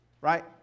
right